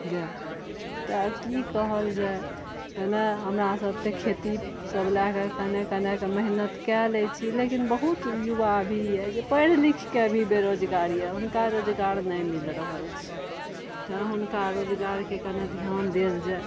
गए तऽ की कहल जाय तऽ ने हमरा सब तऽ खेती सब लऽ कऽ कने कने कए मैहनत कऽ लै छी लेकिन बहुत युवा अभी अछि जे पढ़ि लिख कऽ भी बेरोजगार अछि हुनका रोजगार नहि मिल रहल छै तऽ हुनका रोजगारके कने ध्यान देल जाय